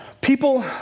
People